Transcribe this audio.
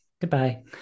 Goodbye